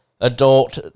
adult